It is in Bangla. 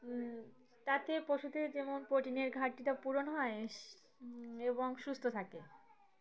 তাতে পশুদের যেমন প্রোটিনের ঘাটতিটা পূরণ হয় এবং সুস্থ থাকে